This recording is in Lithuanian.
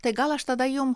tai gal aš tada jum